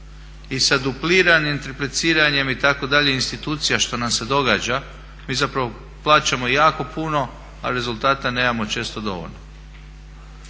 I sa dupliranim interpliciranjem itd. institucija što nam se događa, mi zapravo plaćamo jako puno, a rezultata nemamo često dovoljno.